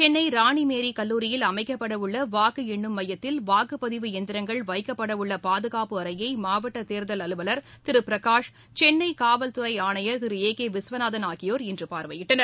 சென்னை ராணி மேரிக்கல்லூரியில் அமைக்கப்படவுள்ள வாக்கு எண்ணும் மையத்தில் வாக்குப்பதிவு இயந்திரங்கள் வைக்கப்படவுள்ள பாதுகாப்பு அறையை மாவட்ட தேர்தல் அலுவலர் திரு கோ பிரகாஷ் சென்னை காவல்துறை ஆணையர் திரு ஏ கே விஸ்வநாதன் ஆகியோர் இன்று பார்வையிட்டனர்